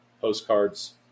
postcards